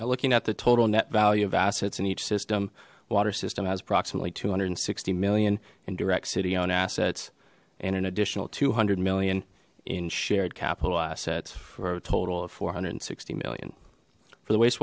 now looking at the total net value of assets in each system water system has approximately two hundred and sixty million indirect city owned assets and an additional two hundred million in shared capital assets for a total of four hundred and sixty million for the waste